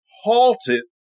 halted